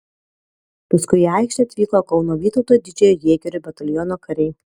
paskui į aikštę atvyko kauno vytauto didžiojo jėgerių bataliono kariai